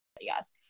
Yes